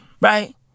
Right